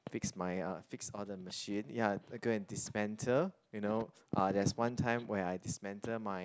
fix my uh fix all the machine ya go and dismantle you know uh there's one time when I dismantle my